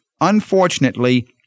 Unfortunately